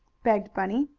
begged bunny.